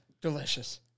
delicious